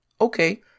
Okay